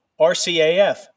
RCAF